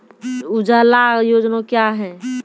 उजाला योजना क्या हैं?